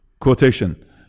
Quotation